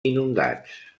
inundats